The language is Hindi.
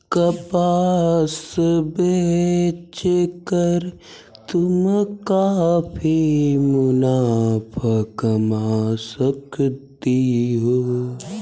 कपास बेच कर तुम काफी मुनाफा कमा सकती हो